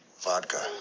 vodka